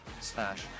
slash